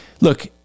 look